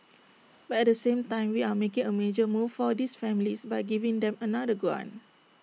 but at the same time we are making A major move for these families by giving them another grant